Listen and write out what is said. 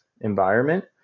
environment